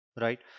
right